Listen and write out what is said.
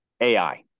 AI